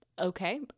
Okay